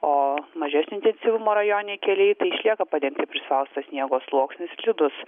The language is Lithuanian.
o mažesnio intensyvumo rajoniniai keliai išlieka padengti prispausto sniego sluoksniu slidūs